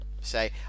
say